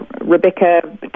Rebecca